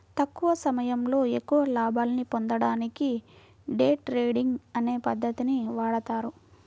తక్కువ సమయంలో ఎక్కువ లాభాల్ని పొందడానికి డే ట్రేడింగ్ అనే పద్ధతిని వాడతారు